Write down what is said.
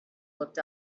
looked